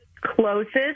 closest